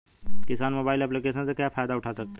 किसान mobile application से क्या फायदा उठा सकता है?